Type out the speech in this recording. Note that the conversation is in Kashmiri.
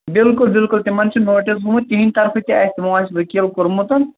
بالکُل بالکُل تِمن چھِ نوٹس گٔمٕژ تِہندِ طرفہٕ تہِ آسہِ تِمو آسہِ وکیٖل کورمُت